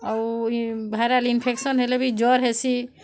ଆଉ viral infection ହେଲେ ବି ଜର୍ ହେସି